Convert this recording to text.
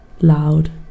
loud